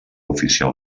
oficial